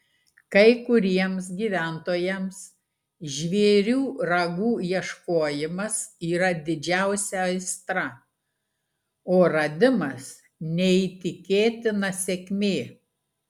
kai kuriems gyventojams žvėrių ragų ieškojimas yra didžiausia aistra o radimas neįtikėtina sėkmė